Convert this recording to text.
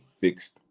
fixed